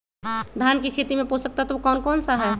धान की खेती में पोषक तत्व कौन कौन सा है?